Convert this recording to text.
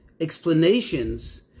explanations